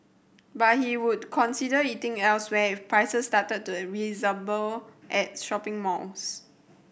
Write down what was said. but he would consider eating elsewhere if prices started to resemble at shopping malls